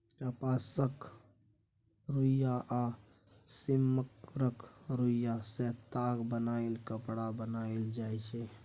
कपासक रुइया आ सिम्मरक रूइयाँ सँ ताग बनाए कपड़ा बनाएल जाइ छै